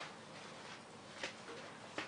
בוקר טוב.